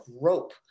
rope